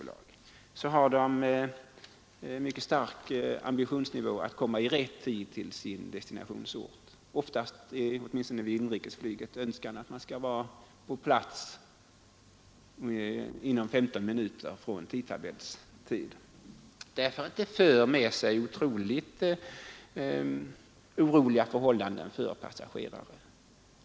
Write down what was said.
Inom inrikesflyget hyser man oftast en önskan att vara på plats inom 15 minuter från tidtabellstiden, därför att det annars för med sig mycket oroliga förhållanden för passagerare.